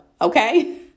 okay